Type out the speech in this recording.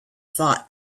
thought